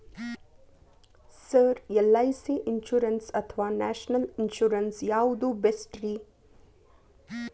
Sir LIC insurance ಅಥವಾ national insurance ಯಾವುದು ಬೆಸ್ಟ್ರಿ?